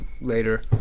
later